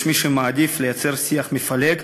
יש מי שמעדיף לייצר שיח מפלג,